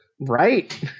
Right